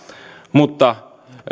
mutta